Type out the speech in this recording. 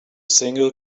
single